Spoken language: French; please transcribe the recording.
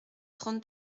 trente